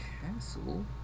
castle